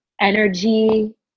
energy